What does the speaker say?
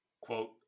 Quote